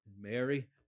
Mary